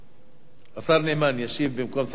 השר נאמן ישיב במקום שר התחבורה.